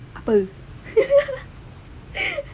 apa